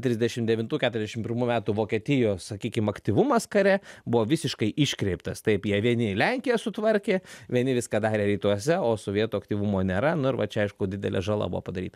trisdešim devintų keturiasdešim pirmų metų vokietijos sakykim aktyvumas kare buvo visiškai iškreiptas taip jie vieni ir lenkiją sutvarkė vieni viską darė rytuose o sovietų aktyvumo nėra nu ir va čia aišku didelė žala buvo padaryt